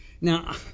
Now